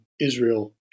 Israel